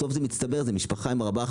בסוף זה מצטבר למשפחה עם ארבעה,